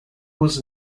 was